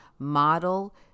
model